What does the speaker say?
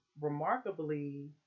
remarkably